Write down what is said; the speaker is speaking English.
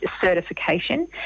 certification